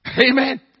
Amen